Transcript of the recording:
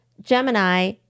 Gemini